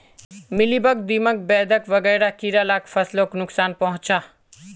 mealybug, दीमक, बेधक वगैरह कीड़ा ला फस्लोक नुक्सान पहुंचाः